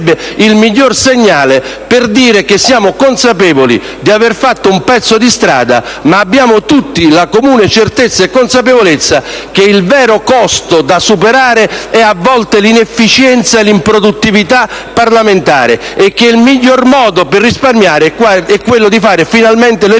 il miglior segnale per dire che siamo consapevoli di aver fatto un pezzo di strada, ma abbiamo tutti la comune certezza che il vero costo da superare sono, a volte, l'inefficienza e l'improduttività parlamentari e che il miglior modo per risparmiare è quello di fare finalmente le riforme